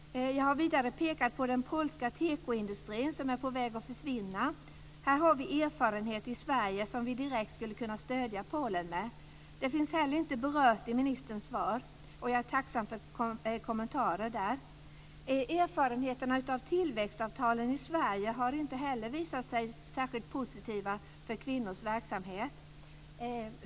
Jag har vidare pekat på den polska tekoindustrin som är på väg att försvinna. Här har vi erfarenheter i Sverige som vi direkt skulle kunna stödja Polen med. Det finns inte heller berört i ministerns svar. Jag är tacksam för kommentarer. Erfarenheterna av tillväxtavtalen i Sverige har inte heller visat sig särskilt positiva för kvinnors verksamhet.